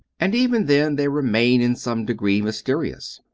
and even then they remain in some degree mysterious.